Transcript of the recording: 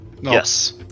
Yes